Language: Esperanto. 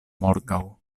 morgaŭ